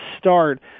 start